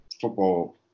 football